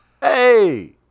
Hey